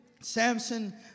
Samson